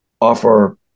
offer